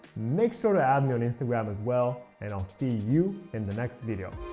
make sure to add me on instagram as well and i'll see you in the next video